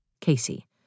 Casey